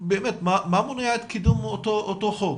באמת מה מונע את קידום אותו חוק?